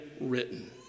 written